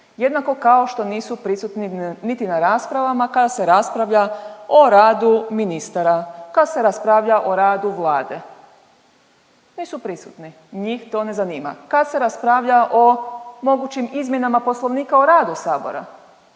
jednako kao što nisu prisutni niti na raspravama kada se raspravlja o radu ministara, kad se raspravlja o radu Vlade. Nisu prisutni, njih to ne zanima. Kad se raspravlja o mogućim izmjenama Poslovnika o radu sabora,